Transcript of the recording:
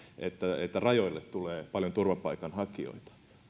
rajoille tulee paljon turvapaikanhakijoita